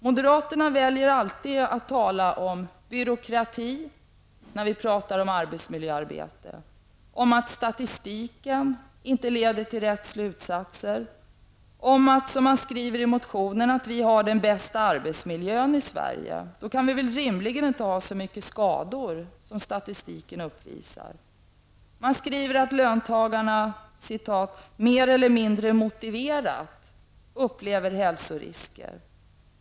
Moderaterna väljer alltid att tala om byråkrati när vi talar om arbetsmiljöverksamhet. De framhåller att statistiken inte leder till de rätta slutsatserna. Man skriver t.ex. i sina motioner att vi i Sverige har den bästa arbetsmiljön och att vi då rimligen inte kan ha så mycket skador som statistiken visar. Man skriver att löntagarna ''mer eller mindre motiverat'' upplever hälsorisker.